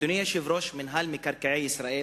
אדוני היושב-ראש, מינהל מקרקעי ישראל